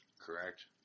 Correct